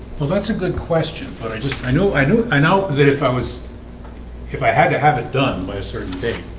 well, that's a good question, but i just i know i know i know that if i was if i had to have it done by a certain date,